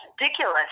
ridiculous